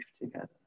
together